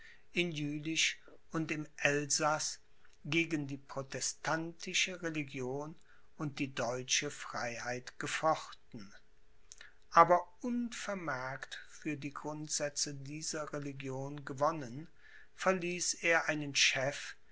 in jülich und im elsaß gegen die protestantische religion und die deutsche freiheit gefochten aber unvermerkt für die grundsätze dieser religion gewonnen verließ er einen